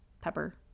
pepper